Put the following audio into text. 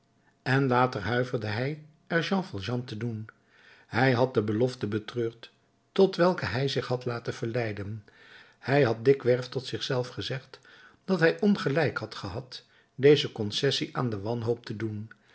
en later huiverde hij er jean valjean te doen hij had de belofte betreurd tot welke hij zich had laten verleiden hij had dikwerf tot zich zelf gezegd dat hij ongelijk had gehad deze concessie aan de wanhoop te doen